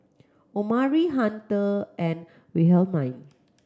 Omari Hunter and Wilhelmine